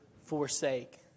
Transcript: forsake